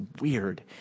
weird